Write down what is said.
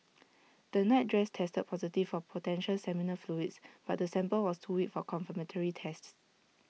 the nightdress tested positive for potential seminal fluids but the sample was too weak for confirmatory tests